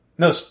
No